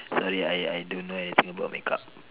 sorry I I I don't know anything about make up